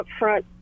upfront